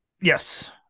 Yes